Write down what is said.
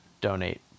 donate